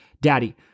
daddy